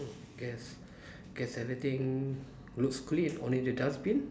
guess guess everything looks clean only the dustbin